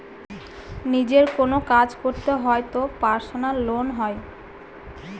নিজের কোনো কাজ করতে হয় তো পার্সোনাল লোন হয়